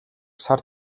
сар